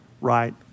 right